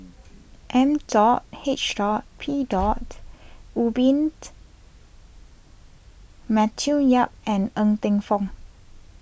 M dot H dot P dot Rubin Matthew Yap and Ng Teng Fong